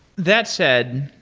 that said,